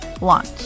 launch